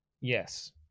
Yes